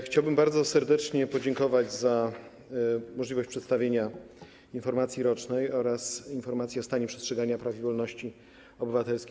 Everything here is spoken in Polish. Chciałbym bardzo serdecznie podziękować za możliwość przedstawienia informacji rocznej oraz informacji o stanie przestrzegania praw i wolności obywatelskich.